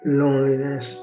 loneliness